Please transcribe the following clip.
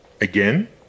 again